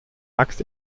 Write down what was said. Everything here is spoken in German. axt